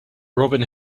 robin